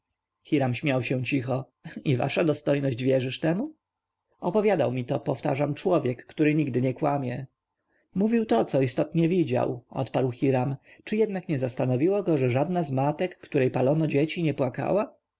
hiram śmiał się cicho i wasza dostojność wierzysz temu opowiadał mi to powtarzam człowiek który nigdy nie kłamie mówił to co istotnie widział odparł hiram czy jednak nie zastanowiło go że żadna z matek której palono dzieci nie płakała